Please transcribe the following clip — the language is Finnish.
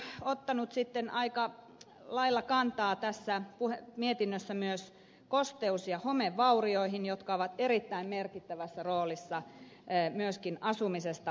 valiokunta on ottanut sitten aika lailla kantaa tässä mietinnössä myös kosteus ja homevaurioihin jotka ovat erittäin merkittävässä roolissa myöskin asumisesta puhuttaessa